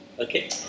Okay